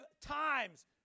times